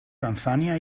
tanzania